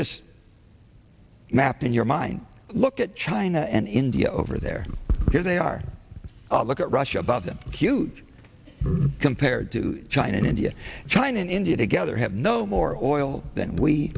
this map in your mind look at china and india over there because they are look at russia about that huge compared to china and india china and india together have no more oil than we